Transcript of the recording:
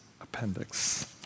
appendix